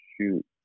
Shoot